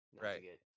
Right